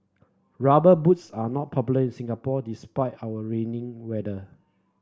rubber boots are not popular in Singapore despite our rainy weather